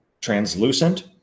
translucent